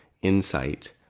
insight